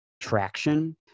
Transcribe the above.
traction